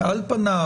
כי על פניו,